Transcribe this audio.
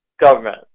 government